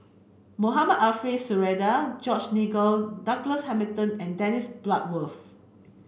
Mohamed Ariff Suradi George Nigel Douglas Hamilton and Dennis Bloodworth